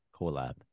collab